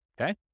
okay